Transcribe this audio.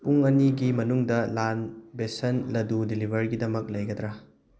ꯄꯨꯡ ꯑꯅꯤꯒꯤ ꯃꯅꯨꯡꯗ ꯂꯥꯜ ꯕꯦꯁꯟ ꯂꯗꯨ ꯗꯦꯂꯤꯚꯔꯤꯒꯤꯗꯃꯛ ꯂꯩꯒꯗ꯭ꯔꯥ